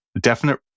definite